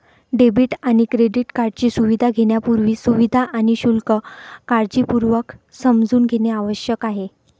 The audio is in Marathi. डेबिट आणि क्रेडिट कार्डची सुविधा घेण्यापूर्वी, सुविधा आणि शुल्क काळजीपूर्वक समजून घेणे आवश्यक आहे